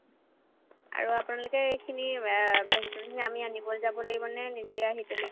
আৰু আপোনালোকে এইখিনি ভেজিটেবলখিনি আমি আনিবলৈ যাব লাগিব নে নিজে আহি